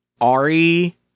Ari